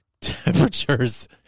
temperatures